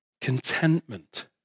Contentment